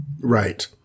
Right